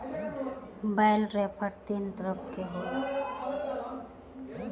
बेल pepper तीन तरह के होला